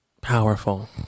powerful